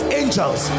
angels